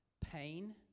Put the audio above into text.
pain